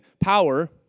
power